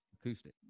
acoustic